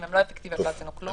אם הן לא אפקטיביות לא עשינו כלום.